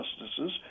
justices